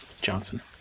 Johnson